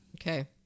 Okay